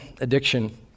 addiction